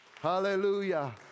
Hallelujah